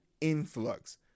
influx